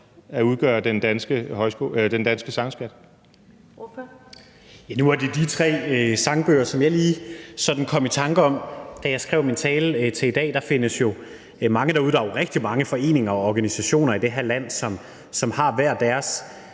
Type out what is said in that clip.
21:28 Kasper Sand Kjær (S): Nu var det de tre sangbøger, som jeg lige sådan kom i tanker om, da jeg skrev min tale til i dag. Der findes jo mange derude. Der er jo rigtig mange foreninger og organisationer i det her land, som har hver deres